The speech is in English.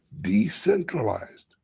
decentralized